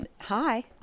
Hi